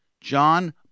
John